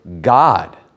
God